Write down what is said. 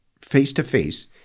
face-to-face